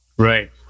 Right